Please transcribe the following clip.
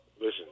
Listen